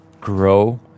grow